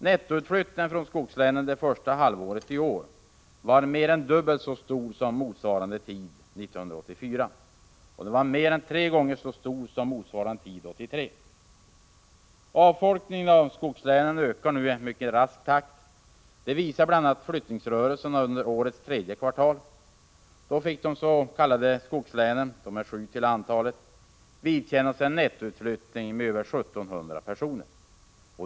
Nettoutflyttningen från skogslänen det första halvåret i år var mer än dubbelt så stor som motsvarande tid 1984, och den var mer än tre gånger så stor som motsvarande tid 1983. Avfolkningen av skogslänen ökar i mycket rask takt. Det visar bl.a. flyttningsrörelserna under årets tredje kvartal. Då fick de sju s.k. skogslänen vidkännas en nettoutflyttning med över 1 700 personer.